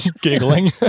giggling